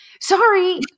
sorry